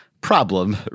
problem